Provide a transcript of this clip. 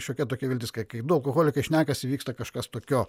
šiokia tokia viltis kai kai du alkoholikai šnekasi vyksta kažkas tokio